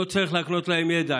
לא צריך להקנות להם ידע,